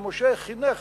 שמשה חינך